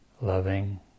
loving